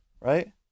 Right